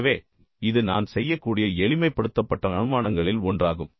எனவே இது நான் செய்யக்கூடிய எளிமைப்படுத்தப்பட்ட அனுமானங்களில் ஒன்றாகும்